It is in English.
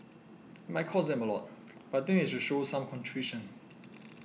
it might cost them a lot but think they should show some contrition